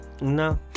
No